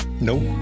Nope